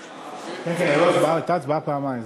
כן, כן, הייתה הצבעה, הייתה הצבעה פעמיים.